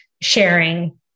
sharing